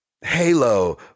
Halo